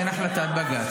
אין החלטת בג"ץ.